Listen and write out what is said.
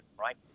right